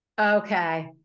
Okay